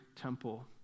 temple